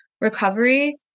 recovery